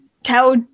Tell